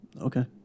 Okay